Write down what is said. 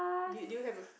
do do you have a